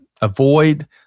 avoid